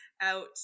out